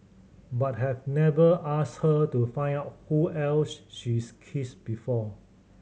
but I've never asked her to find out who else she's kissed before